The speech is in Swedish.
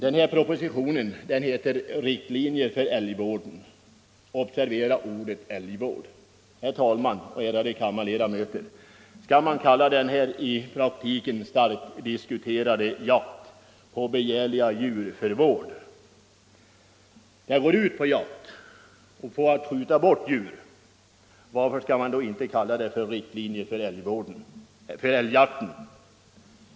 Denna proposition heter Riktlinjer för älgvården — observera ordet älgvård. Herr talman, ärade kammarledamöter! Skall man kalla denna i praktiken starkt diskuterade jakten på begärliga djur för vård? Det går ut på jakt och på att skjuta bort djur. Varför inte då kalla propositionen Riktlinjer för älgjakten?